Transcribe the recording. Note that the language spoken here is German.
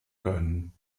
können